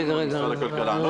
לפנות למשרד הכלכלה.